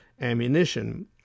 ammunition